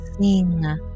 Sing